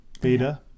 Beta